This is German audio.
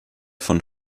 von